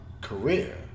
career